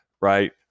Right